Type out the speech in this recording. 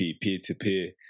peer-to-peer